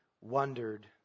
wondered